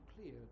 clear